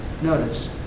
Notice